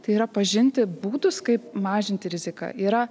tai yra pažinti būdus kaip mažinti riziką yra